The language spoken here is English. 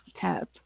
tab